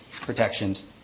protections